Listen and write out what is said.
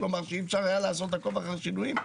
שאי-אפשר היה לעשות עקוב אחר שינויים?